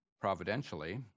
providentially